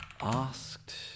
asked